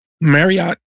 Marriott